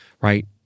right